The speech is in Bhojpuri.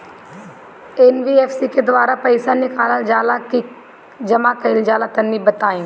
एन.बी.एफ.सी के द्वारा पईसा निकालल जला की जमा कइल जला तनि बताई?